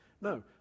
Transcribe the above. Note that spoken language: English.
No